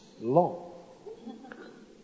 long